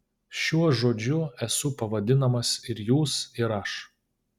šiuo žodžiu esu pavadinamas ir jūs ir aš